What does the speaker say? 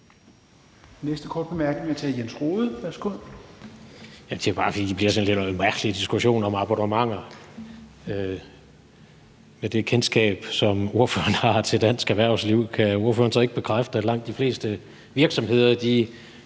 Værsgo. Kl. 22:44 Jens Rohde (KD): Det er bare, fordi det bliver en sådan lidt mærkelig diskussion om abonnementer. Med det kendskab, som ordføreren har til dansk erhvervsliv, kan ordføreren så ikke bekræfte, at langt de fleste virksomheder